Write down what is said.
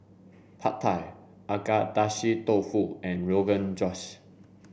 Pad Thai Agedashi Dofu and Rogan Josh